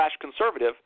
conservative